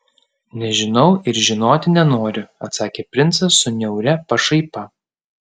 nežinau ir žinoti nenoriu atsakė princas su niauria pašaipa